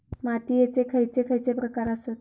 मातीयेचे खैचे खैचे प्रकार आसत?